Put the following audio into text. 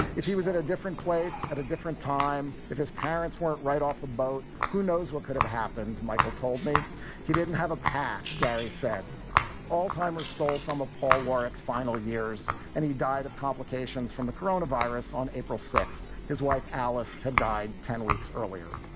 if he was at a different place at a different time, if his parents weren't right off the boat, who knows what could have happened. michael told me he didn't have a path. gary said all time he stole some of paul warrick's final years and he died of complications from the corona virus on april sixth. his wife, alice, had died ten weeks earlier.